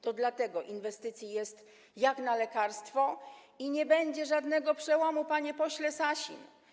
To dlatego inwestycji jest jak na lekarstwo i nie będzie żadnego przełomu, panie pośle Sasin.